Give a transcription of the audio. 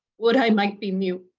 would i might be mute!